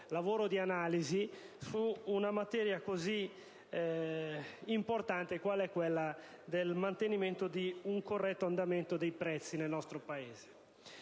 lavoro di analisi su una materia così rilevante quale quella del mantenimento di un corretto andamento dei prezzi nel nostro Paese.